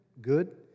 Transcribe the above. good